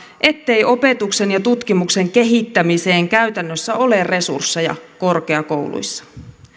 ettei opetuksen ja tutkimuksen kehittämiseen käytännössä ole resursseja korkeakouluissa